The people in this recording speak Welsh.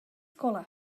golau